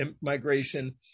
migration